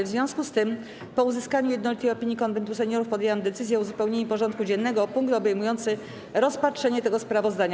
W związku z tym, po uzyskaniu jednolitej opinii Konwentu Seniorów, podjęłam decyzję o uzupełnieniu porządku dziennego o punkt obejmujący rozpatrzenie tego sprawozdania.